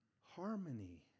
Harmony